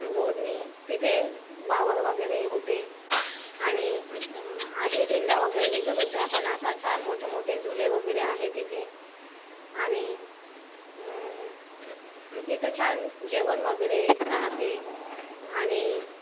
रोडने तिथे वावर वगैरे होते आणि आधी दिंड्या वगैरे निघत होत्या पण आता छान मोठे मोठे झुले वगैरे आहे तिथे आणि तिथं छान जेवण वगैरे राहते आणि